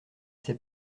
sait